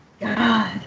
God